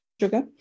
sugar